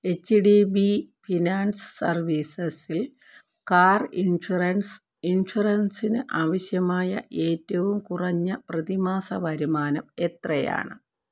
H D B finance സർവീസസിൽ car insurance ഇൻഷുറൻസിന് ആവശ്യമായ ഏറ്റവും കുറഞ്ഞ പ്രതിമാസ വരുമാനം എത്രയാണ്